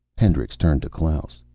hendricks turned to klaus.